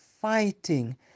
fighting